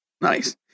Nice